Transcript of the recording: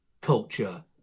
culture